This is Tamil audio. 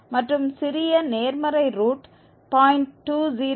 மற்றும் சிறிய நேர்மறை ரூட் 0